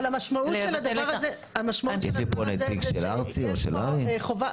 אבל המשמעות של הדבר הזה זה שיש פה חובה,